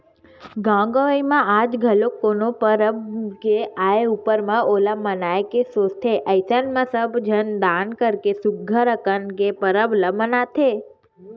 गाँव गंवई म आज घलो कोनो परब के आय ऊपर म ओला मनाए के सोचथे अइसन म सब झन दान करके सुग्घर अंकन ले परब ल मनाथे